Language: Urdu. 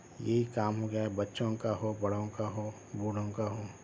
یہی کام ہو گیا ہے بچوں کا ہو بڑوں کا ہو بوڑھوں کا ہو